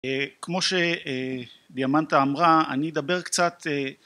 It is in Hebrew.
כמו שדיאמנטה אמרה אני אדבר קצת